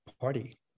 party